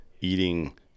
Eating